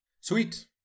Sweet